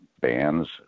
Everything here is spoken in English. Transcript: bands